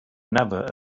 never